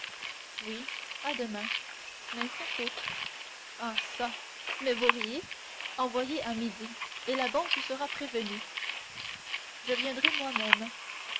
alors à demain mais sans faute ah çà mais vous riez envoyez à midi et la banque sera prévenue je viendrai moi-même